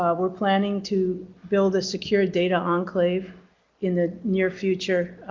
we're planning to build a secure data enclave in the near future.